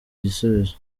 igisubizo